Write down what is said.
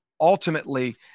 ultimately